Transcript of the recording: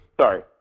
Sorry